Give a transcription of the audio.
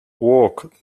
walk